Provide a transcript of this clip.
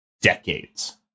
decades